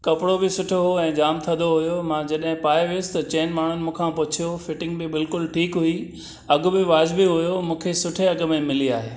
कपिड़ो बि सुठो हो ऐं जाम थधो हुयो मां जॾहिं पाए वियुसि त चइनि माण्हुनि मूंखा पुछियो फिटिंग बि बिल्कुलु ठीकु हुई अघ बि वजिबी हुयो मूंखे सुठे अघ में मिली आहे